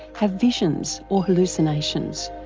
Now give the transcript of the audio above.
have visions or hallucinations.